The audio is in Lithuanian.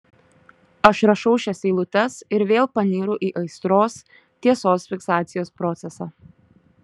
aš rašau šias eilutes ir vėl panyru į aistros tiesos fiksacijos procesą